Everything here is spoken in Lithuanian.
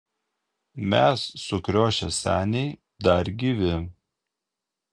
mes sukriošę seniai dar gyvi